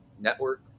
Network